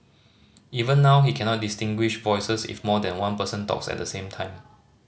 even now he cannot distinguish voices if more than one person talks at the same time